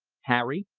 harry,